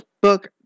book